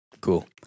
Cool